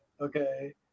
okay